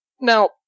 Now